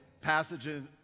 passages